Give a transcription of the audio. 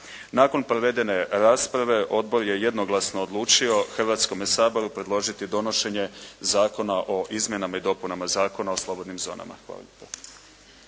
Nakon provedene rasprave odbor je jednoglasno odlučio Hrvatskome saboru predložiti donošenje Zakona o izmjenama i dopunama Zakona o slobodnim zonama. Hvala lijepa.